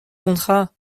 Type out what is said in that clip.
contrat